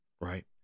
right